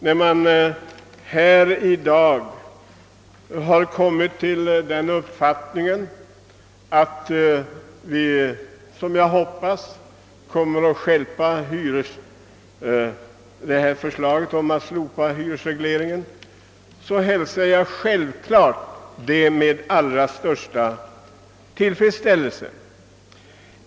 När vi i dag, som jag hoppas, kommer att stjälpa förslaget att slopa hyresregleringen hälsar jag givetvis detta med den allra största tillfredsställelse.